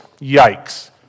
yikes